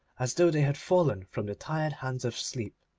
as though they had fallen from the tired hands of sleep,